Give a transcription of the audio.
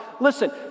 Listen